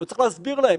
לא צריך להסביר להם,